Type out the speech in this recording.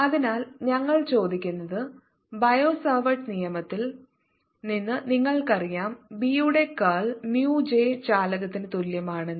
അതിനാൽ ഞങ്ങൾ ചോദിക്കുന്നത് ബയോ സാവർട്ട് നിയമത്തിൽ നിന്ന് നിങ്ങൾക്കറിയാം B യുടെ കർൾ mu J ചാലകത്തിന് തുല്യമാണെന്ന്